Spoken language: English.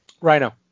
Rhino